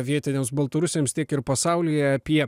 vietiniams baltarusiams tiek ir pasaulyje apie